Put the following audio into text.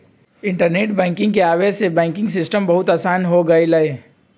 internet banking के आवे से बैंकिंग सिस्टम बहुत आसान हो गेलई ह